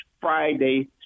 Friday